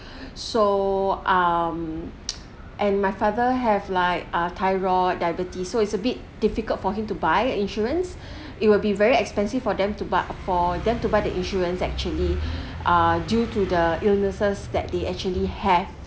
so um and my father have like uh thyroid diabetes so it's a bit difficult for him to buy a insurance it will be very expensive for them to buy for them to buy the insurance actually ah due to the illnesses that they actually have